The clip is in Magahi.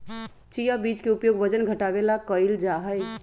चिया बीज के उपयोग वजन घटावे ला कइल जाहई